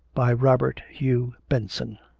by robert hugh benson